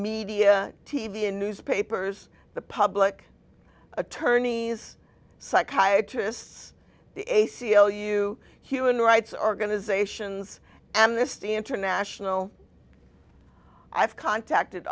media t v and newspapers the public attorneys psychiatrists the a c l u human rights organizations and this the international i've contacted